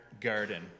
garden